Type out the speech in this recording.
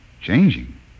Changing